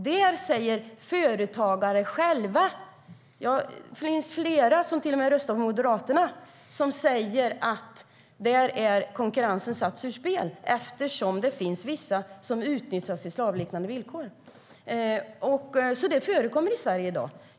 Där säger företagare själva - till och med flera som röstar på Moderaterna - att konkurrensen är satt ur spel eftersom det finns vissa som utnyttjas under slavliknande villkor. Det förekommer alltså i Sverige i dag.